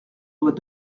doit